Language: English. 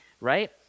right